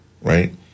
Right